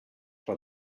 for